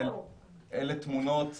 אלה תמונות